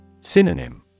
Synonym